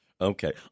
Okay